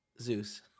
Zeus